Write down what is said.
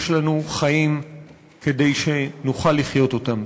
יש לנו חיים כדי שנוכל לחיות אותם.